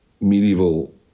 medieval